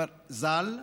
ז"ל.